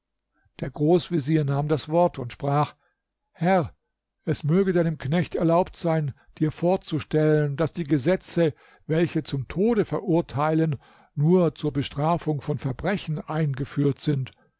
der großvezier nahm das wort und sprach herr es möge deinem knecht erlaubt sein dir vorzustellen daß die gesetze welche zum tode verurteilen nur zur bestrafung von verbrechen eingeführt sind